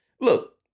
look